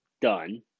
done